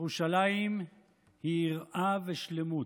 ירושלים היא יראה ושלמות.